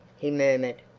he murmured.